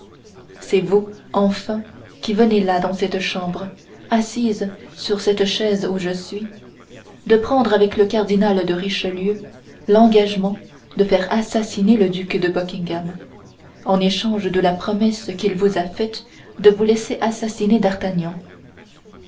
c'est vous enfin qui venez là dans cette chambre assise sur cette chaise où je suis de prendre avec le cardinal de richelieu l'engagement de faire assassiner le duc de buckingham en échange de la promesse qu'il vous a faite de vous laisser assassiner d'artagnan